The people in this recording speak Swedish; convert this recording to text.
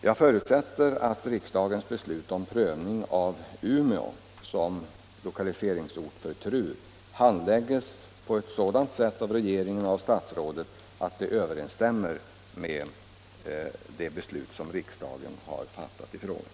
Jag förutsätter att riksdagens beslut om prövning av Umeå som lokaliseringsort för TRU anläggs på sådant sätt av regeringen och statsrådet att det överensstämmer med det beslut riksdagen fattat i frågan.